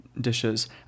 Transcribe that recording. dishes